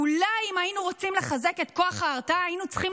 אולי אם היינו רוצים לחזק את כוח ההרתעה היינו צריכים